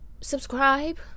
subscribe